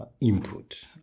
input